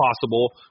possible